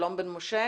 שלום בן משה.